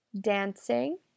Dancing